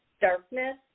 darkness